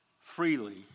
freely